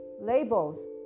labels